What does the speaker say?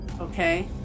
Okay